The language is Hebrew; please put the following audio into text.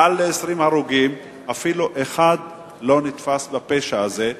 מעל 20 הרוגים, אפילו אחד לא נתפס בפשע הזה,